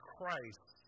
Christ